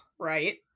right